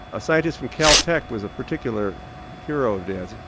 a scientist from caltech was a particular hero of dad's,